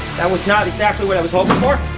that was not exactly what i was hopin' for.